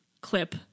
clip